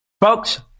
folks